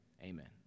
Amen